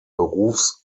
berufs